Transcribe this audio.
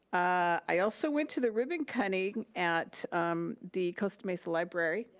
i also went to the ribbon cutting at the costa mesa library,